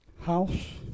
house